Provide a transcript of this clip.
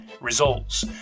results